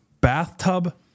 bathtub